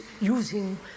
using